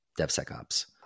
DevSecOps